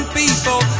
people